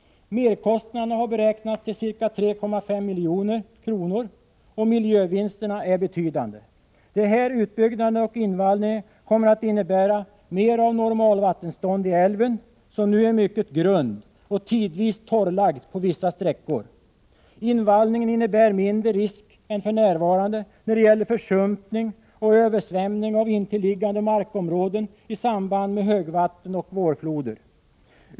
Merkostnaderna har beräknats till ca 3,5 milj.kr., och miljövinsterna är betydande. Den här utbyggnaden och invallningen kommer att innebära mer av normalvattenstånd i älven, som nu är mycket grund och tidvis torrlagd på vissa sträckor. Invallningen innebär mindre risk än för närvarande, när det gäller försumpning och översvämning av intilliggande markområden i samband med högvatten och vårfloder.